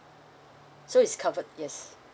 so is covered yes